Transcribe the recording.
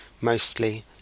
mostly